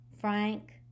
Frank